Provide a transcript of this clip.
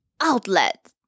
outlet